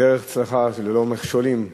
דרך צלחה ללא מכשולים.